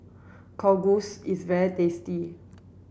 kalguksu is very tasty